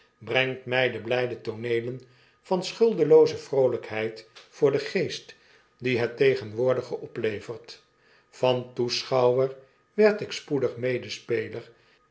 brengt mfl de blpe tooneelen van schuldelooze vroolpheid voor den geest die het tegenwoordige oplevert van toeschouwer werd ik spoedig medespeler